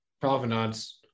provenance